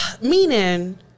Meaning